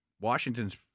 Washington's